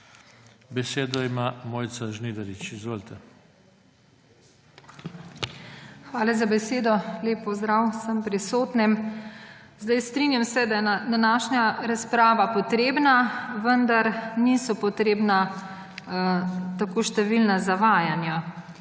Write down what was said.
Besedo ima Mojca Žnidarič. Izvolite. MOJCA ŽNIDARIČ (PS SMC): Hvala za besedo. Lep pozdrav vsem prisotnim! Strinjam se, da je današnja razprava potrebna, vendar niso potrebna tako številna zavajanja.